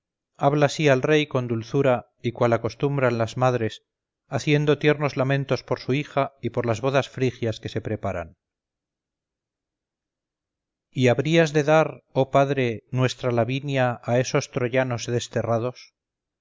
habla así al rey con dulzura y cual acostumbran las madres haciendo tiernos lamentos por su hija y por las bodas frigias que se preparan y habrías de dar oh padre nuestra lavinia a esos troyanos desterrados